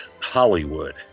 Hollywood